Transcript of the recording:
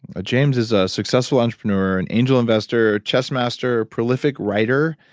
ah james is a successful entrepreneur, an angel investor, chess master, prolific writer,